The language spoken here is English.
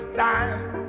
time